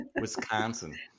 Wisconsin